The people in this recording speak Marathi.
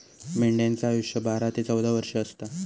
मेंढ्यांचा आयुष्य बारा ते चौदा वर्ष असता